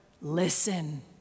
Listen